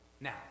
Now